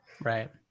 right